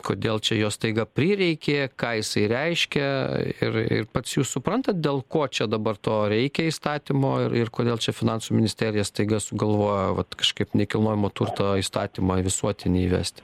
kodėl čia jo staiga prireikė ką jisai reiškia ir pats jūs suprantat dėl ko čia dabar to reikia įstatymo ir ir kodėl čia finansų ministerija staiga sugalvojo vat kažkaip nekilnojamo turto įstatymą visuotinį įvest